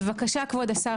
בבקשה כבוד השר,